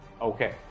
Okay